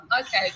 Okay